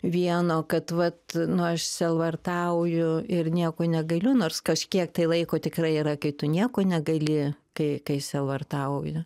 vieno kad vat nu aš sielvartauju ir nieko negaliu nors kažkiek tai laiko tikrai yra kai tu nieko negali kai kai sielvartauji